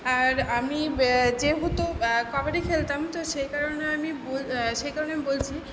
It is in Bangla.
আর আমি যেহতু কবাডি খেলতাম তো সেই কারণে আমি বল সেই কারণে আমি বলছি